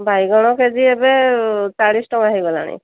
ବାଇଗଣ K G ଏବେ ଚାଳିଶ ଟଙ୍କା ହୋଇଗଲାଣି